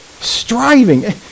striving